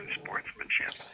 sportsmanship